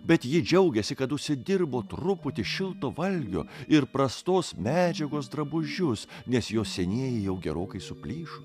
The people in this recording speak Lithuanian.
bet ji džiaugėsi kad užsidirbo truputį šilto valgio ir prastos medžiagos drabužius nes jos senieji jau gerokai suplyšo